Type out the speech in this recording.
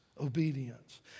obedience